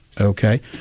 okay